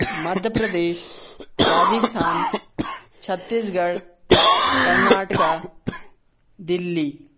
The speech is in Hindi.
मध्य प्रदेश राजस्थान छत्तीसगढ़ कर्नाटक दिल्ली